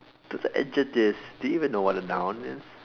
it's an adjective do you even know what a noun is